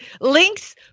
links